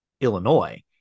Illinois